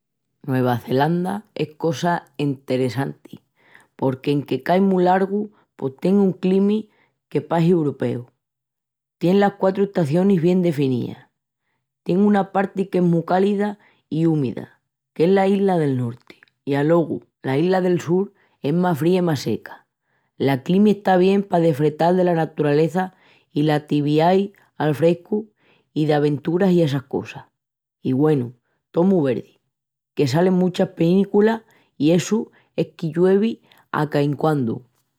Nueva Zelanda es cosa enteressanti. Porque enque cai mu largu pos tien una climi que pahi uropeu. Tien las quatru estacionis bien definías. Tien una parti que es más cálida i úmida, qu'es la isla del norti. I alogu la isla del sul es más fría i más seca. La climi está bien pa desfrutal dela naturaleza i las ativiais al frescu i d'aventura i essas cosas. I güenu, tó mu verdi, que sal en muchas penículas i essu es que lluevi a caiquandu.